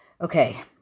Okay